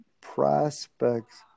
prospects